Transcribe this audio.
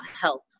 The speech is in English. health